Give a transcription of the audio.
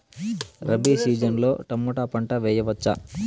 Rabi season లో tomato పంట వేయవచ్చా?